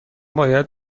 باید